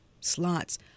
slots